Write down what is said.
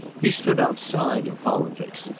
he stood outside of politics.